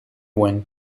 went